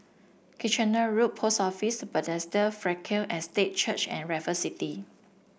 Kitchener Road Post Office Bethesda Frankel Estate Church and Raffle City